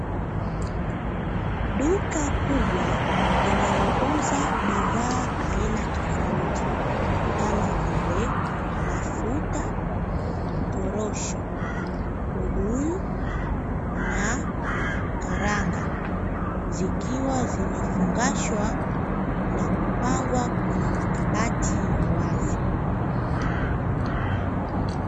Duka kubwa linalouza bidhaa aina tofauti, kama vile: mafuta, korosho, ubuyu na karanga, zikiwa zimefungashwa na kupangwa kwenye makabati ya wazi.